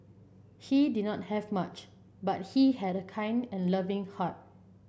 he did not have much but he had a kind and loving heart